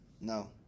no